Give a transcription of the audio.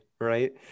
Right